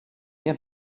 bien